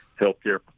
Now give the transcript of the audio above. healthcare